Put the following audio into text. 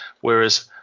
whereas